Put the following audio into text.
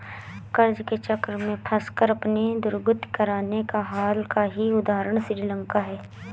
कर्ज के चक्र में फंसकर अपनी दुर्गति कराने का हाल का ही उदाहरण श्रीलंका है